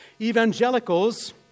Evangelicals